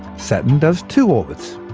saturn does two orbits.